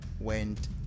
went